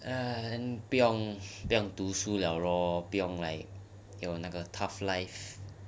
不用读书了 loh 不用有那个 tough life